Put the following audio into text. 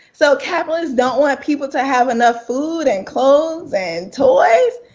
so, capitalists don't want people to have enough food and clothes and toys?